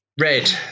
Red